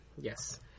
Yes